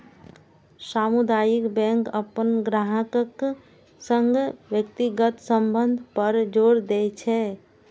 सामुदायिक बैंक अपन ग्राहकक संग व्यक्तिगत संबंध पर जोर दै छै